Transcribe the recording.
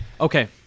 Okay